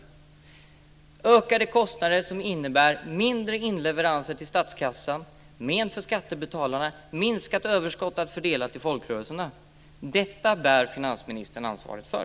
Det betyder ökade kostnader som innebär mindre inleveranser till statskassan, men för skattebetalarna och minskat överskott att fördela till folkrörelserna. Detta bär finansministern ansvaret för.